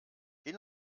hin